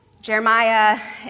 Jeremiah